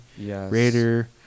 raider